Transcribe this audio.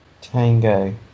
Tango